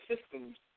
systems